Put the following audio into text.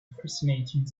fascinating